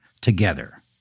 together